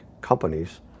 companies